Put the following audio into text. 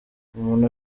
umuntu